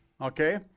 Okay